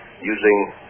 using